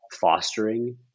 fostering